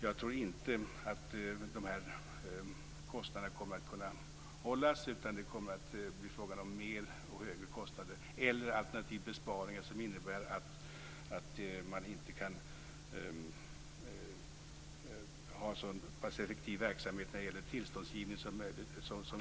Jag tror inte att dessa kostnader kommer att kunna hållas, utan det kommer att bli fråga om mer och högre kostnader - alternativt besparingar som innebär att man inte kan ha en så effektiv verksamhet när det gäller tillståndsgivning som erfordras.